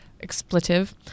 expletive